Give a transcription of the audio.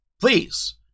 please